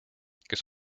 kes